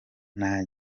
nta